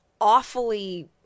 awfully